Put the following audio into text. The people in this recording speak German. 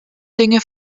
dinge